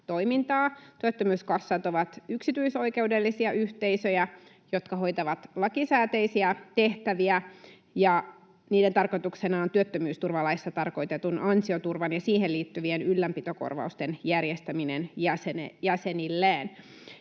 Työttömyyskassat ovat yksityisoikeudellisia yhteisöjä, jotka hoitavat lakisääteisiä tehtäviä, ja niiden tarkoituksena on työttömyysturvalaissa tarkoitetun ansioturvan ja siihen liittyvien ylläpitokorvausten järjestäminen jäsenilleen.